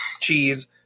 cheese